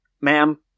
ma'am